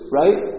right